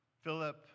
Philip